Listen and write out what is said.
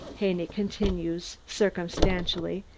haney continued circumstantially,